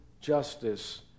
justice